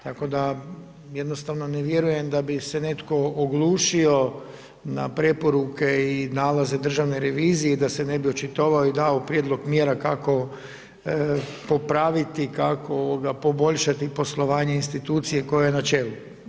Tako da jednostavno ne vjerujem da bi se netko oglušio na preporuke i nalaze Državne revizije, da se ne bi očitovao i dao prijedlog mjera kako popraviti, kako poboljšati poslovanje institucije koje je na čelu.